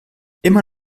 immer